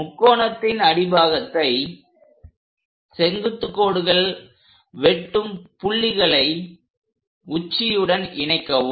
முக்கோணத்தின் அடிப்பாகத்தை செங்குத்து கோடுகள் வெட்டும் புள்ளிகளை உச்சியுடன் இணைக்கவும்